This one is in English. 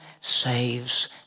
saves